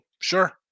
Sure